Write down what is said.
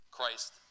Christ